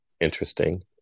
interesting